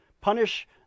punish